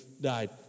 died